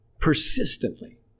persistently